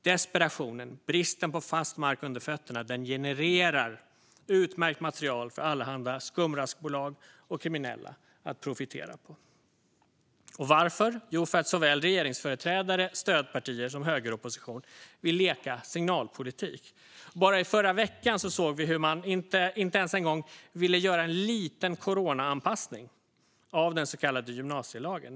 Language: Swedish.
Desperationen, bristen på fast mark under fötterna, genererar utmärkt material för allehanda skumraskbolag och kriminella att profitera på. Varför? Jo, för att såväl regeringsföreträdare som stödpartier och högeropposition vill leka signalpolitik. Bara i förra veckan såg vi hur man inte ens en gång ville göra en liten coronaanpassning av den så kallade gymnasielagen.